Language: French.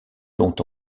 dont